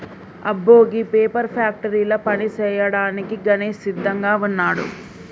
అబ్బో గీ పేపర్ ఫ్యాక్టరీల పని సేయ్యాడానికి గణేష్ సిద్దంగా వున్నాడు